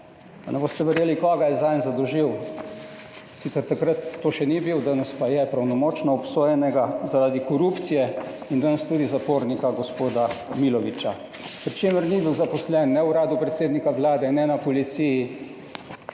Ne boste verjeli koga je zanj zadolžil, sicer takrat to še ni bil, danes pa je, pravnomočno obsojenega zaradi korupcije in danes tudi zapornika g. Milovića, pri čemer ni bil zaposlen ne v Uradu predsednika Vlade ne na Policiji,